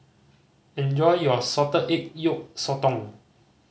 enjoy your salted egg yolk sotong